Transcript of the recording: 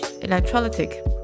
electrolytic